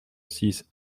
six